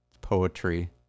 Poetry